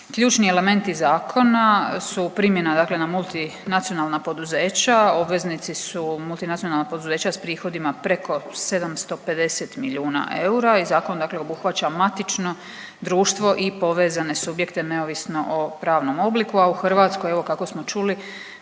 Ključni elementi zakona su primjena na multinacionalna poduzeća, obveznici su multinacionalna poduzeća s prihodima preko 750 milijuna eura i zakon dakle obuhvaća matično društvo i povezane subjekte neovisno o pravnom obliku, a u Hrvatskoj evo kako smo čuli